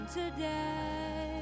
today